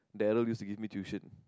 the eldest used to give me tuition